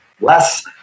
less